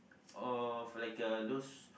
of like uh those